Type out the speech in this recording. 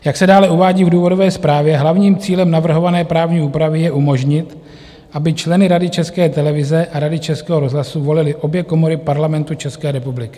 Jak se dále uvádí v důvodové zprávě, hlavním cílem navrhované právní úpravy je umožnit, aby členy Rady České televize a Rady Českého rozhlasu volily obě komory Parlamentu České republiky.